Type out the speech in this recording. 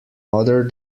other